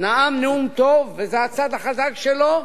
נאם נאום טוב, וזה הצד החזק שלו,